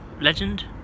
Legend